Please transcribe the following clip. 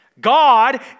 God